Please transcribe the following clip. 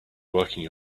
working